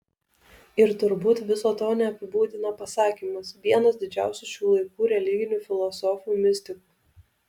ir turbūt viso to neapibūdina pasakymas vienas didžiausių šių laikų religinių filosofų mistikų